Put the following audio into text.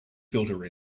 filter